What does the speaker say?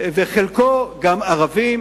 וחלקו גם ערבים